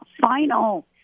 final